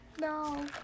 No